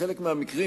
בחלק מהמקרים,